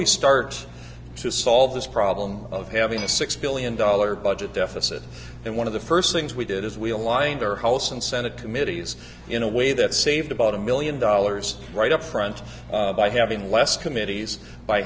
we start to solve this problem of having a six billion dollar budget deficit and one of the first things we did is we aligned our house and senate committees in a way that saved about a million dollars right up front by having less committees by